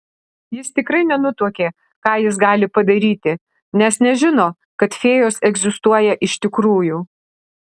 jis tikrai nenutuokė ką jis gali padaryti nes nežino kad fėjos egzistuoja iš tikrųjų